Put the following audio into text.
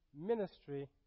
ministry